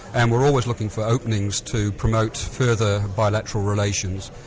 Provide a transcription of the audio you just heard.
and we're always looking for openings to promote further bilateral relations.